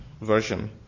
version